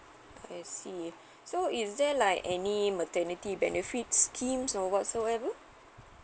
I see so is there like any maternity benefits scheme or whatsoever